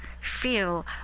feel